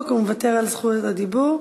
תומך בחוק ומוותר על זכות הדיבור.